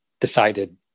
decided